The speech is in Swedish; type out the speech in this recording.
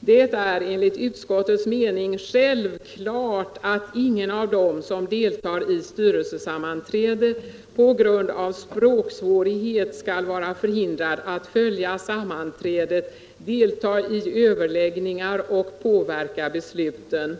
”Det är enligt utskottets mening självklart att ingen av dem, som deltar i styrelsesammanträde, på grund av språksvårighet skall vara förhindrad att följa sammanträdet, delta i överläggningar och påverka besluten.